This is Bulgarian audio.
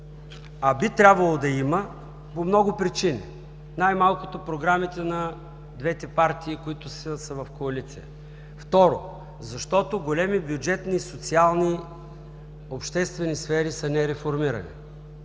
а би трябвало да има по много причини. Най-малкото програмите на двете партии, които са в коалиция. Второ, защото големи бюджетни, социални и обществени сфери са нереформирани.